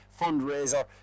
fundraiser